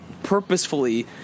Purposefully